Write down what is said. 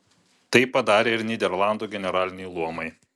tai padarė ir nyderlandų generaliniai luomai